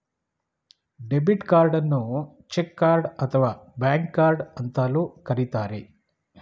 debit ಕಾರ್ಡನ್ನು check card ಅಥವಾ bank card ಅಂತಲೂ ಕರಿತರೆ